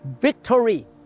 victory